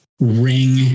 ring